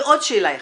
ועוד שאלה אחת,